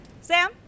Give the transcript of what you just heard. Sam